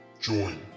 Join